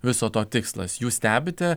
viso to tikslas jūs stebite